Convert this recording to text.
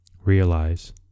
realize